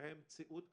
עם מציאות כזו,